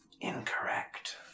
Incorrect